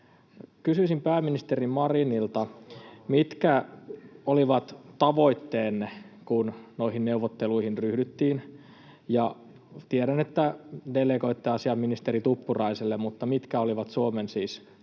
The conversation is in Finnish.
Kysyisin pääministeri Marinilta: Mitkä olivat tavoitteenne, kun noihin neuvotteluihin ryhdyttiin? Tiedän, että delegoitte asian ministeri Tuppuraiselle, mutta mitkä olivat siis Suomen tavoitteet